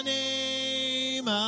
name